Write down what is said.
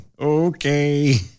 Okay